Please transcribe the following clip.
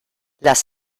las